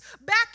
back